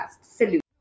Salute